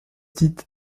dite